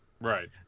Right